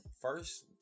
first